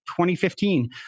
2015